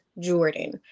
Jordan